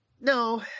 No